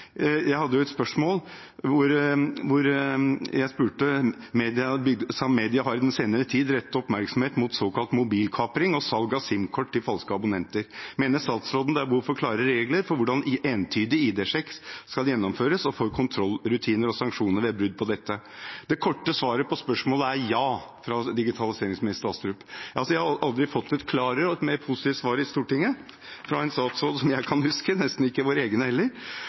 Jeg hadde et spørsmål hvor jeg spurte: «Media har i den senere tid rettet oppmerksomhet mot såkalt mobilkapring og salg av SIM-kort til falske abonnenter.» Og videre: «Mener statsråden det er behov for klarere regler for hvordan entydig ID-sjekk skal gjennomføres, og for kontrollrutiner og sanksjoner ved brudd på dette?» Det korte svaret fra digitaliseringsminister Astrup på spørsmålet er ja. Jeg har aldri fått et klarere og mer positivt svar i Stortinget fra en statsråd som jeg kan huske, nesten ikke fra våre egne heller.